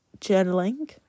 journaling